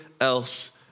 else